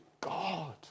God